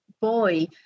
boy